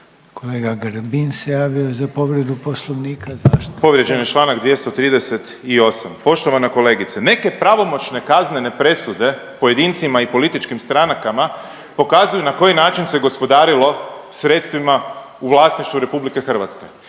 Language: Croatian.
Kolega Grbin se javio za povredu Poslovnika. Zašto? **Grbin, Peđa (SDP)** Povrijeđen je čl. 238. Poštovana kolegice, neke pravomoćne kaznene presude pojedincima i političkim strankama pokazuju na koji način se gospodarilo sredstvima u vlasništvu RH ili